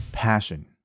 passion